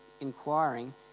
inquiring